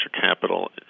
capital